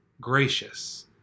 Gracious